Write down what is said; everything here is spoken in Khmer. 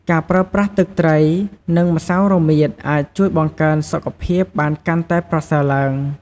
ការប្រើប្រាស់ទឹកត្រី និងម្សៅរមៀតអាចជួយបង្កើនសុខភាពបានកាន់តែប្រសើរឡើង។